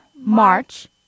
march